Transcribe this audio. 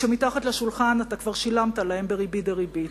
כשמתחת לשולחן אתה כבר שילמת להם בריבית דריבית,